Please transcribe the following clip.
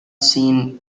seen